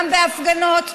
גם בהפגנות,